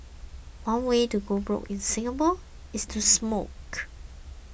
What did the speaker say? one way to go broke in Singapore is to smoke